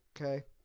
Okay